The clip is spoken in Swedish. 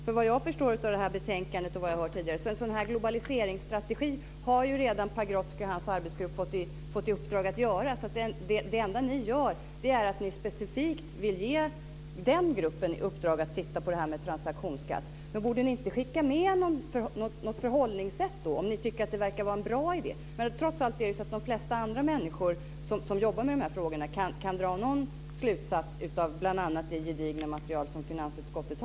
Såvitt jag förstår av betänkandet och av vad jag har hört tidigare har Pagrotsky och hans arbetsgrupp redan fått i uppdrag att lägga fram en globaliseringsstrategi. Det enda ni vill är att ni vill ge specifikt den gruppen i uppdrag att se över detta med transaktionsskatt. Men borde ni inte skicka med något förhållningssätt, om ni tycker att det verkar att vara en bra idé? Trots allt kan de flesta andra människor som jobbar med dessa frågor dra någon slutsats av det gedigna material som finns hos finansutskottet.